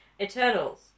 Eternals